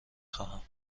خواهم